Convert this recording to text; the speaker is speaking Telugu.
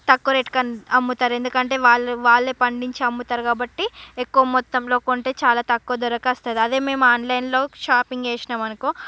తక్కువ రేటుకి అమ్ముతారు ఎందుకంటే వాళ్ళే వాళ్ళే పండించి అమ్ముతారు కాబట్టి ఎక్కువ మొత్తంలో కొంటే చాలా తక్కువ ధర కోస్తది అదే మేము ఆన్లైన్లో షాపింగ్ చేషినామనుకో